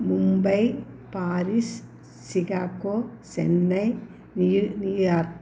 Mumbai Paris Chicago Chennai New New York